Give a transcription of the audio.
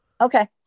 Okay